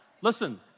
Listen